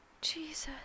Jesus